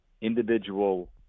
individual